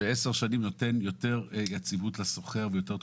שעשר שנים נותנות יותר ודאות ויציבות לשוכר.